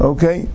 Okay